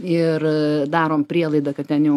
ir darom prielaidą kad ten jau